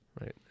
right